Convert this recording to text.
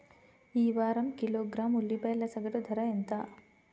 ఈ వారం కిలోగ్రాము ఉల్లిపాయల సగటు ధర ఎంత?